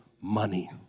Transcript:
money